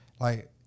Like-